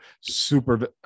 super